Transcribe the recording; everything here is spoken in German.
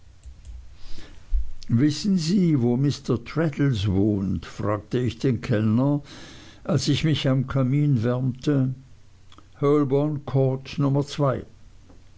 wissen sie wo mr traddles wohnt fragte ich den kellner als ich mich am kamin wärmte holborn court nummer zwei